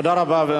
תודה רבה.